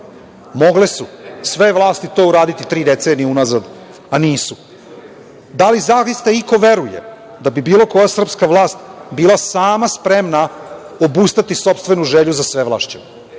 Mogle su sve vlasti to uraditi tri decenije unazad, a nisu. Da li zaista iko veruje da bi bilo koja srpska vlast bila sama spremna obustaviti sopstvenu želju za svevlašćem?